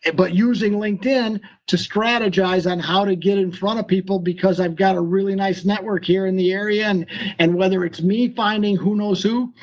but using the linkedin to strategize on how to get in front of people, because i've got a really nice network here in the area, and and whether it's me finding who knows who,